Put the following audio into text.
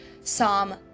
Psalm